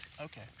Okay